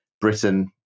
Britain